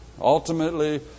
Ultimately